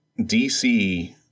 DC